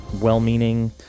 well-meaning